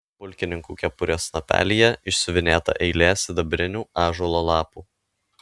pulkininkų kepurės snapelyje išsiuvinėta eilė sidabrinių ąžuolo lapų